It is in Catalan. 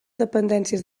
dependències